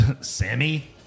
sammy